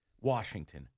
Washington